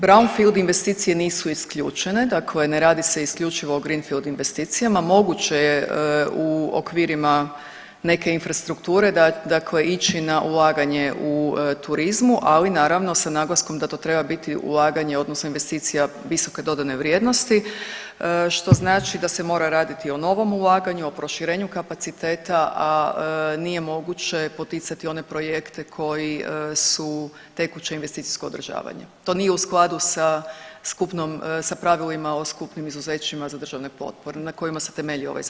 Brownfield investicije nisu isključene, dakle ne radi se isključivo o greenfield investicijama, moguće je u okvirima neke infrastrukture dakle ići na ulaganje u turizmu, ali naravno, sa naglaskom da to treba biti ulaganje odnosno investicija visoke dodane vrijednosti, što znači da se mora raditi o novom ulaganju, o proširenju kapaciteta, a nije moguće poticati one projekte koji su tekuće investicijsko održavanje, to nije u skladu sa skupnom, sa pravilima o skupnim izuzećima za državne potpore na kojima se temelji ovaj Zakon.